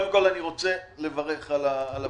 קודם כל אני רוצה לברך על הפעולה.